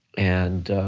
and